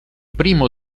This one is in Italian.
primo